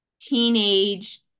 teenage